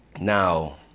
Now